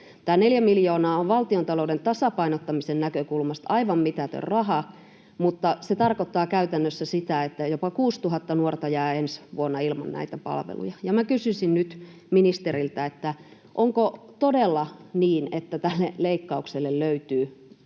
Tämä neljä miljoonaa on valtiontalouden tasapainottamisen näkökulmasta aivan mitätön raha, mutta se tarkoittaa käytännössä sitä, että jopa kuusituhatta nuorta jää ensi vuonna ilman näitä palveluja. Ja minä kysyisin nyt ministeriltä: onko todella niin, että tälle leikkaukselle löytyy